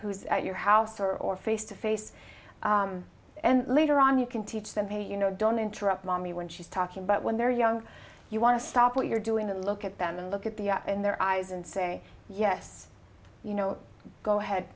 is at your house or or face to face and later on you can teach them pay you know don't interrupt mommy when she's talking but when they're young you want to stop what you're doing then look at them and look at the in their eyes and say yes you know go ahead